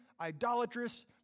idolatrous